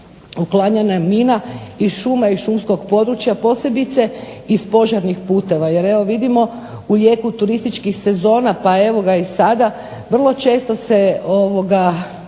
uklanjanja mina iz šuma i šumskog područja, posebice iz požarnih putova, jer evo vidimo u jeku turističkih sezona pa evo ga i sada vrlo često se imamo